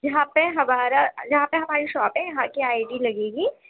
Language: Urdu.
یہاں پہ ہمارا جہاں پہ ہماری شاپ ہے یہاں کی آئی ڈی لگے گی